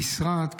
המשרד,